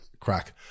crack